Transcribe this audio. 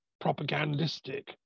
propagandistic